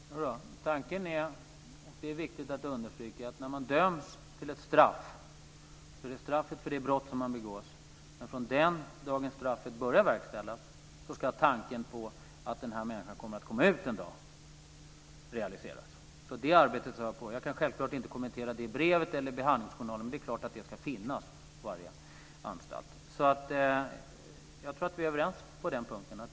Fru talman! Tanken - det är viktigt att understryka - är att när man döms till ett straff är det straffet för det brott man begått. Men från den dagen straffet börjar verkställas ska tanken på att man kommer att komma ut en dag realiseras. Jag kan självfallet inte kommentera brevet eller behandlingsjournalen, men det är klart att det ska finnas på varje anstalt. Jag tror att vi är överens på den punkten.